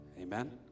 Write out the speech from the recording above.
Amen